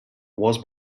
was